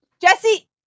Jesse